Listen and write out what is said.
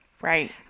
Right